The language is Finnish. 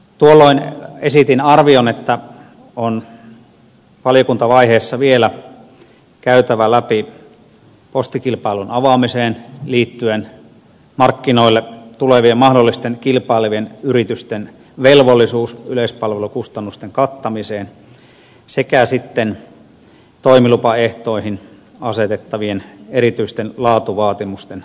tuolloin esitin arvion että valiokuntavaiheessa on vielä käytävä läpi postikilpailun avaamiseen liittyen markkinoille tulevien mahdollisten kilpailevien yritysten velvollisuus yleispalvelukustannusten kattamiseen sekä toimilupaehtoihin asetettavien erityisten laatuvaatimusten arvioiminen